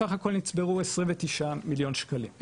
בסך הכל נצברו 29 מיליון שקלים,